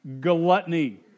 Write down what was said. Gluttony